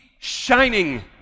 shining